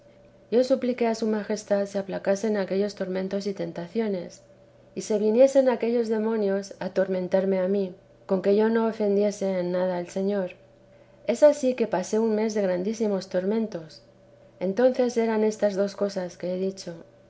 yo supliqué a su majestad se aplacasen aquellos tormentos y tentaciones y se viniesen aquellos demonios a atormentarme a mí con que yo no ofendiese en nada al señor es ansí que pasé un mes de grandísimos tormentos entonces eran estas dos cosas que he dicho